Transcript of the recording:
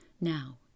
Now